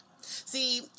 see